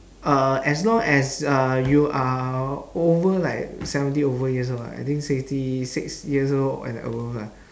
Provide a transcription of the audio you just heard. uh as long as uh you are over like seventy over years old right I think sixty six years old and above lah